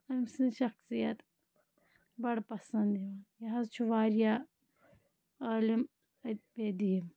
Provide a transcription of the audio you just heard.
أمۍ سٕنٛز شخصیت بَڑٕ پَسنٛد یِوان یہِ حظ چھُ واریاہ عٲلِم اَ أدیٖب